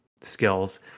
skills